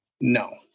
No